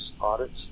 audits